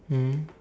mm